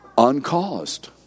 Uncaused